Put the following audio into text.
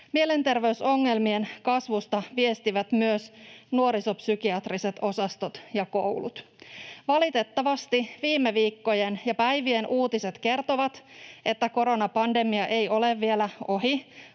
Mielenterveysongelmien kasvusta viestivät myös nuorisopsykiatriset osastot ja koulut. Valitettavasti viime viikkojen ja päivien uutiset kertovat, että koronapandemia ei ole vielä ohi,